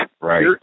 Right